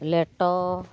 ᱞᱮᱴᱚ